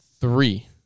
Three